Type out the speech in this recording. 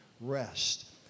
rest